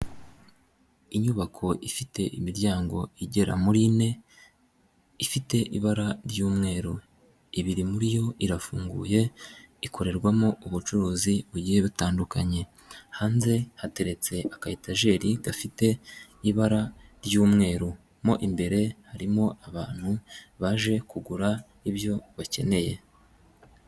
Inyubako ifite imiryango igera muri ine, ifite ibara ry'umweru, ibiri muri yo irafunguye ikorerwamo ubucuruzi bugiye butandukanye, hanze hateretse aka etajeri gafite ibara ry'umweru, mo imbere harimo abantu baje kugura ibyo bakeneye.